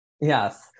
Yes